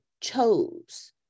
chose